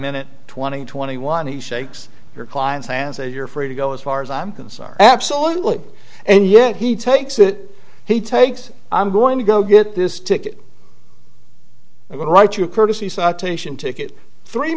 minute twenty twenty one he shakes your client's hand say you're free to go as far as i'm concerned absolutely and yet he takes it he takes i'm going to go get this ticket i'm going to write you a courtesy citation ticket three